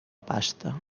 pasta